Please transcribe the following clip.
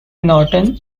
norton